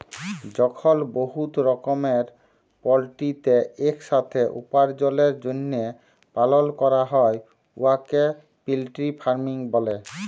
যখল বহুত রকমের পলটিরিকে ইকসাথে উপার্জলের জ্যনহে পালল ক্যরা হ্যয় উয়াকে পলটিরি ফার্মিং ব্যলে